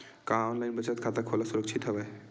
का ऑनलाइन बचत खाता खोला सुरक्षित हवय?